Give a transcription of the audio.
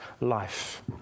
life